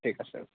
ঠিক আছে